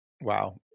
Wow